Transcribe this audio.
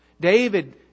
David